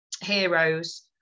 heroes